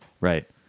Right